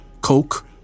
coke